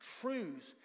truths